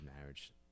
marriage